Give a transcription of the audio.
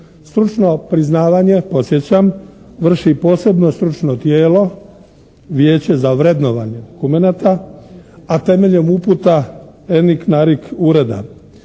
Stručno priznavanje, podsjećam, vrši posebno stručno tijelo Vijeće za vrednovanje argumenata a temeljem uputa …/Govornik se